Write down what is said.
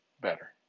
better